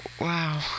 wow